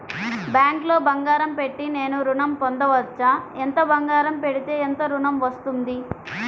బ్యాంక్లో బంగారం పెట్టి నేను ఋణం పొందవచ్చా? ఎంత బంగారం పెడితే ఎంత ఋణం వస్తుంది?